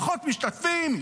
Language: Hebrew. פחות משתתפים,